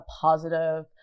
positive